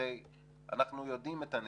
הרי אנחנו יודעים את הנתונים,